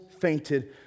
fainted